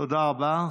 תודה רבה.